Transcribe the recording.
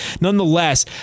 nonetheless